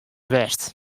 west